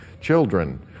children